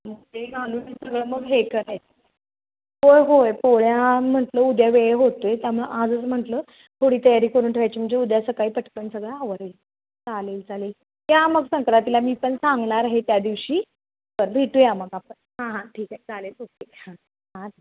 ते आणून सगळं मग हे कराय हो होय पोळ्या म्हंटलं उद्या वेळ होतोय त्यामुळे आजच म्हटलं थोडी तयारी करून ठेवायची म्हणजे उद्या सकाळी पटकन सगळं आवरेल चालेल चालेल या मग संक्रांतीला मी पण सांगणार आहे त्यादिवशी पण भेटूया मग आपण हां हां ठीक आहे चालेल ओके हां हां